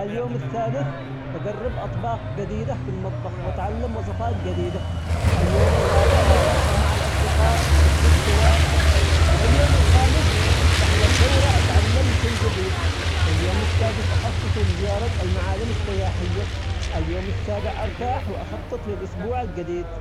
اليوم الثالث بجرب أطباق جديدة في المطبخ وأتعلم وصفات جديدة، اليوم الرابع بتواصل مع الأصدقاء ونخرج سوا، وباليوم الخامس بحضر دورة أتعلم شي جديد، واليوم السادس أخصصه لزيارة المعالم السياحية، اليوم السابع أرتاح وأخطط للأسبوع الجديد.